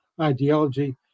ideology